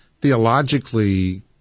theologically